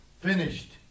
Finished